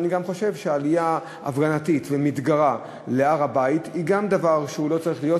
אני גם חושב שעלייה הפגנתית ומתגרה להר-הבית היא גם דבר שלא צריך להיות,